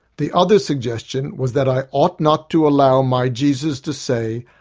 the other suggestion was that i ought not to allow my jesus to say,